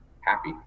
happy